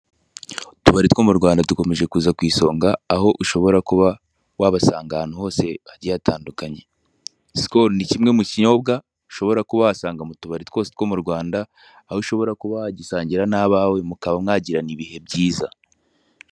Utubari two mu Rwanda dukomeje kuza ku isonga, aho ushobora kuba wabasanga ahantu hagiye hatandukanye, Skol ni kimwe mu kinyobwa ushobora kuba wasanga mu tubari twose two mu Rwanda, aho ushobora kuba wagisangira n'abawe mukaba mwagirana ibihe byiza.